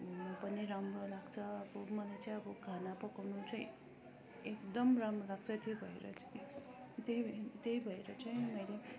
मोमो पनि राम्रो लाग्छ अब मलाई चाहिँ अब खाना पकाउनु चाहिँ एकदम राम्रो लाग्छ त्यही भएर चाहिँ त्यही त्यही भएर चाहिँ मैले